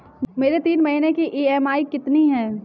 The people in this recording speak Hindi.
मेरी तीन महीने की ईएमआई कितनी है?